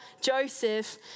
Joseph